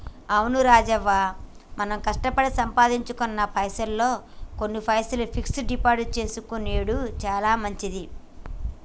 అవును రాజవ్వ మనం కష్టపడి సంపాదించుకున్న పైసల్లో కొన్ని పైసలు ఫిక్స్ డిపాజిట్ చేసుకొనెడు చాలా మంచిది